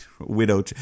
Widow